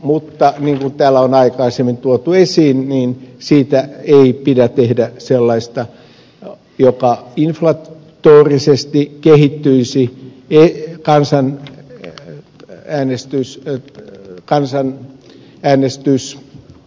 mutta niin kuin täällä on aikaisemmin tuotu esiin siitä ei pidä tehdä sellaista joka inflatorisesti kehittyisi vilkkaan isän ja äänestys kansan kansanäänestykseksi